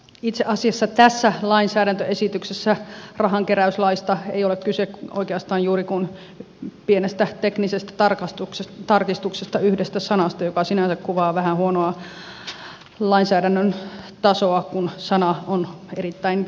itse asiassa tässä lainsäädäntöesityksessä rahankeräyslaista ei ole kyse oikeastaan juuri muusta kuin pienestä teknisestä tarkistuksesta yhdestä sanasta joka sinänsä kuvaa vähän huonoa lainsäädännön tasoa kun sana on erittäin tärkeä